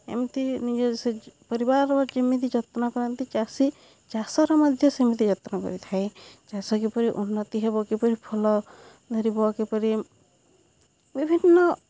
ଏମିତି ନିଜ ସେ ପରିବାରର ଯେମିତି ଯତ୍ନ କରନ୍ତି ଚାଷୀ ଚାଷର ମଧ୍ୟ ସେମିତି ଯତ୍ନ କରିଥାଏ ଚାଷ କିପରି ଉନ୍ନତି ହେବ କିପରି ଫଳ ଧରିବ କିପରି ବିଭିନ୍ନ